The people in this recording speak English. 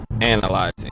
analyzing